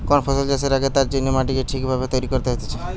কোন ফসল চাষের আগে তার জন্যে মাটিকে ঠিক ভাবে তৈরী কোরতে হচ্ছে